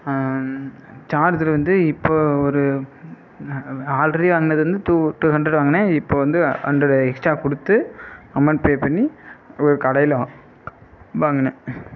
charger வந்து இப்போ ஒரு ஆல்ரெடி வாங்குனது வந்து டூ டூ ஹண்ரட் வாங்கினேன் இப்போ வந்து ஹண்ரட் எக்ஸ்ட்ரா கொடுத்து அமௌண்ட் பே பண்ணி ஒரு கடையில் வாங்கினேன்